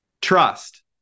Trust